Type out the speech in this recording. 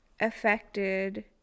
affected